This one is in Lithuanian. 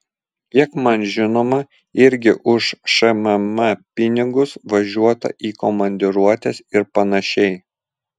kiek man žinoma irgi už šmm pinigus važiuota į komandiruotes ir panašiai